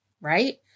right